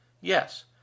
Yes